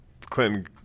Clinton